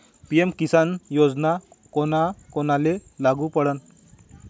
PM Kisan योजना कोना कोनाले लागू पडन?